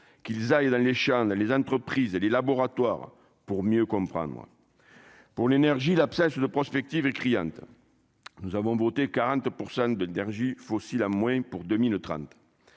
qu'ils aillent dans les champs là les entreprises et les laboratoires pour mieux comprendre moi. Pour l'énergie, l'absence de prospective et nous avons voté 40 % d'énergie fossile à moins pour 2030,